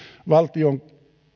valtion